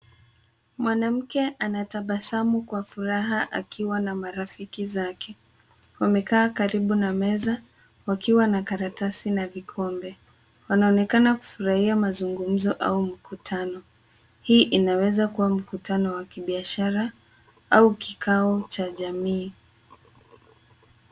Mwanamke anatabasamu kwa furaha akiwa na marafiki zake. Wamekaa karibu na meza wakiwa na karatasi na vikombe. Wanaonekana kufurahia mazungumzo au mkutano. Hii inaweza kuwa mkutano wa kibiashara au kikao cha jamii.